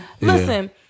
Listen